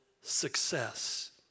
success